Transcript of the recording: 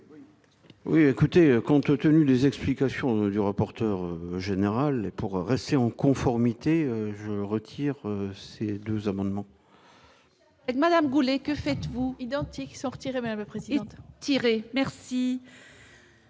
Oui, écoutez, compte tenu les explications du rapporteur général pour rester en conformité, je retire ces 2 amendements. Madame Boulet, que faites-vous identique sortirait même président